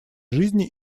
жизни